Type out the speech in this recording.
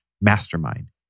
mastermind